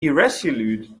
irresolute